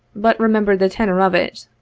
but remember the tenor of it.